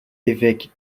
évêque